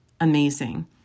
amazing